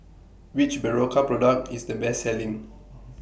Which Berocca Product IS The Best Selling